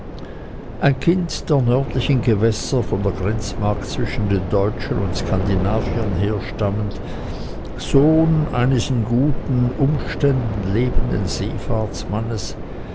ein kind der nördlichen gewässer von der grenzmark zwischen den deutschen und skandinaviern herstammend sohn eines in guten umständen lebenden